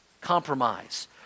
Compromise